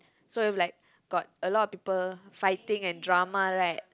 so if like got a lot of people fighting and drama like